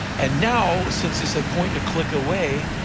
and now, since it's a point and a click away,